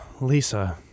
Lisa